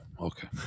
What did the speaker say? Okay